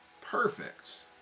perfect